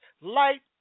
light